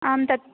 आं तत्